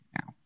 now